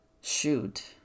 Shoot